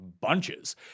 bunches